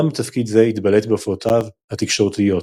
גם בתפקיד זה התבלט בהופעותיו התקשורתיות.